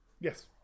Yes